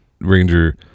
Ranger